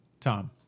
Tom